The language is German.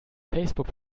facebook